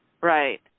Right